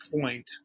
point